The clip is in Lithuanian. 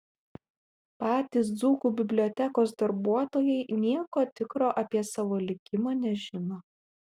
patys dzūkų bibliotekos darbuotojai nieko tikro apie savo likimą nežino